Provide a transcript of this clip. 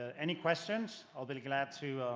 any questions, i'll be glad to